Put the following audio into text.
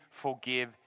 forgive